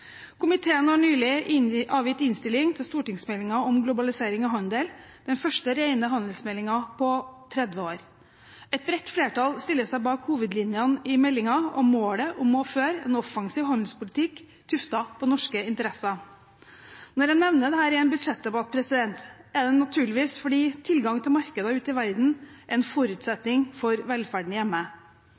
Komiteen har nylig avgitt innstilling til stortingsmeldingen om globalisering og handel, den første rene handelsmeldingen på 30 år. Et bredt flertall stiller seg bak hovedlinjene i meldingen og målet om å føre en offensiv handelspolitikk tuftet på norske interesser. Når jeg nevner dette i en budsjettdebatt, er det naturligvis fordi tilgang til markeder ute i verden er en forutsetning for velferden hjemme.